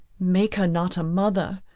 make her not a mother,